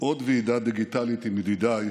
עוד ועידה דיגיטלית עם ידידיי